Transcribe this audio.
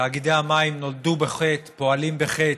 תאגידי המים נולדו בחטא, פועלים בחטא,